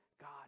God